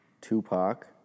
Tupac